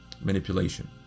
manipulation